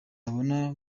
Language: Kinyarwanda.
abona